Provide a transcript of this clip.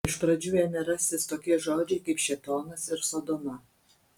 iš pradžių ėmė rastis tokie žodžiai kaip šėtonas ir sodoma